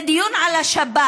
זה דיון על השבת.